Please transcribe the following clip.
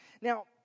Now